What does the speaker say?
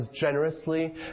generously